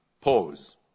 pause